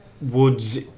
Woods